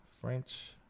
French